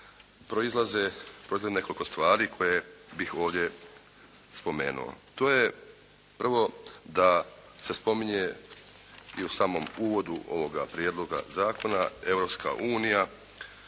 proizlazi nekoliko stvari koje bih ovdje spomenuo. To je prvo da se spominje i u samom uvodu ovoga Prijedloga zakona Europska unija